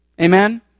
Amen